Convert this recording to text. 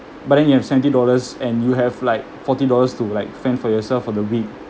but then you have seventy dollars and you have like forty dollars to like fend for yourself for the week